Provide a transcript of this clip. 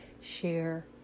share